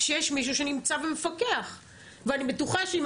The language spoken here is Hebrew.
שיש מישהו שנמצא ומפקח ואני בטוחה שעם